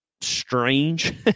strange